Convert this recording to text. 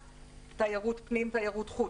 תיירות פנים, תיירות חוץ,